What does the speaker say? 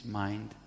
mind